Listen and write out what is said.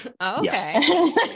okay